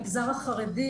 המגזר החרדי